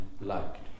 liked